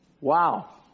Wow